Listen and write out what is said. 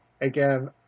again